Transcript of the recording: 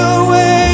away